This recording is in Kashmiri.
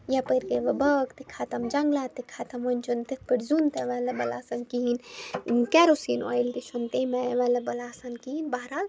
یَپٲرۍ گٔے وۄنۍ باغ تہِ ختم جنٛگلات تہِ ختم وۄنۍ چھُنہٕ تِتھ پٲٹھۍ زیُن تہِ اٮ۪وٮ۪لیبٕل آسان کِہیٖنۍ کیروسیٖن آیِل تہِ چھُنہٕ تَمہِ آیہِ اٮ۪وٮ۪لیبٕل آسان کِہیٖنۍ بہرحال